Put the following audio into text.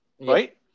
right